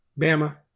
Bama